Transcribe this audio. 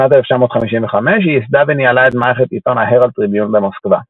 בשנת 1955 היא יסדה וניהלה את מערכת עיתון ההראלד טריביון במוסקבה.